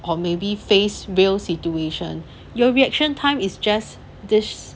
or maybe face real situation your reaction time is just this